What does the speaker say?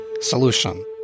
solution